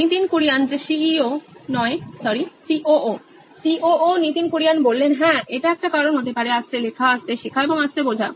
Nitin Kurian C O O নোইন electronics হ্যাঁ এটা একটা কারণ হতে পারে আস্তে লেখা আস্তে শেখা এবং বোঝা